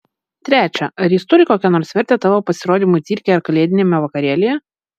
trečia ar jis turi kokią nors vertę tavo pasirodymui cirke ar kalėdiniame vakarėlyje